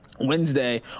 Wednesday